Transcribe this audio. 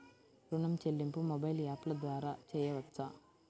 ఋణం చెల్లింపు మొబైల్ యాప్ల ద్వార చేయవచ్చా?